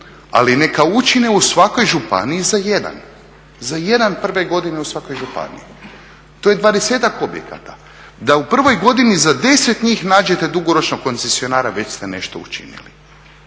ali neka učine u svakoj županiji za jedan. Za jedan prve godine u svakoj županiji. To je dvadesetak objekata. Da u prvoj godini za deset njih nađete dugoročnog koncesionara već ste nešto učinili.